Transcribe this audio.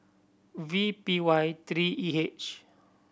V P Y three E H